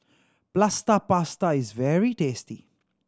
Plaster Prata is very tasty